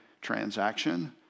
transaction